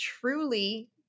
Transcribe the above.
truly